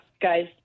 guys